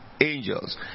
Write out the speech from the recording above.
angels